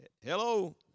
Hello